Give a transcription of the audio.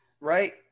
right